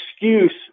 excuse